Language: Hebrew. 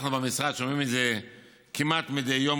אנחנו במשרד שומעים את זה כמעט מדי יום,